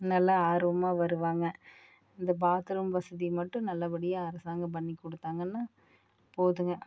நல்லா ஆர்வமாக வருவாங்க இந்த பாத்ரூம் வசதி மட்டும் நல்லபடியாக அரசாங்கம் பண்ணி கொடுத்தாங்கன்னா போதும்ங்க